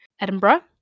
Edinburgh